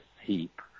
heap